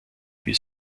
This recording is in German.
wie